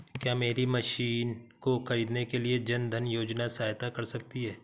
क्या मेरी मशीन को ख़रीदने के लिए जन धन योजना सहायता कर सकती है?